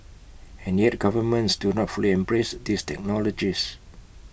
and yet governments do not fully embrace these technologies